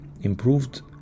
improved